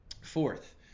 Fourth